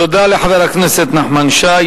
תודה לחבר הכנסת נחמן שי.